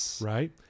right